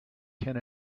can